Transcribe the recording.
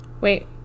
Wait